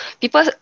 people